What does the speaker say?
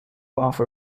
offer